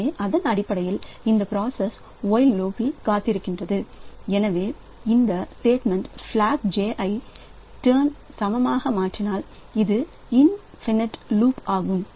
எனவே அதன்அடிப்படையில் அந்த பிராசஸ் ஒயில்லூப்இல் காத்துஇருக்கின்றது எனவே இந்த ஸ்டேட்மெண்ட்டின்படி பிளாக் j டர்ன் சமமாக மாற்றினால் இது இன்பினிட் லூப் ஆகும்